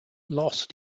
lost